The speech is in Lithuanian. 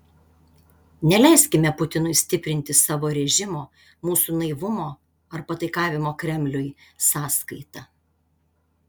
neleiskime putinui stiprinti savo režimo mūsų naivumo ar pataikavimo kremliui sąskaita